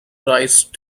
rise